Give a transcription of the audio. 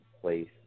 place